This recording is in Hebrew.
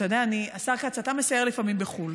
אתה יודע, השר כץ, אתה מסייר לפעמים בחו"ל.